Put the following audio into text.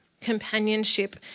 companionship